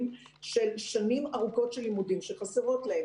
של שנים ארוכות של לימודים שחסרות להם.